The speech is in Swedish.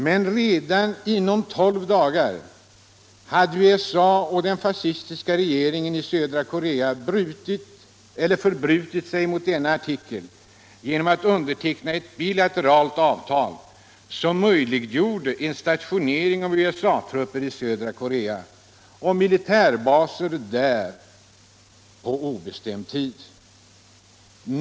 Men redan inom tolv dagar hade USA och den fascistiska regeringen i södra Korea förbrutit sig mot denna artikel genom att underteckna ett bilateralt avtal, som möjliggjorde en stationering av USA-trupper i södra Korea och militärbaser där på obestämd tid.